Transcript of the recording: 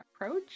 approach